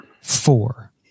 four